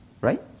right